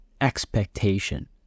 expectation